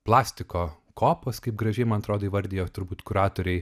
plastiko kopos kaip gražiai man atrodo įvardijo turbūt kuratoriai